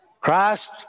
Christ